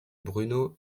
bruno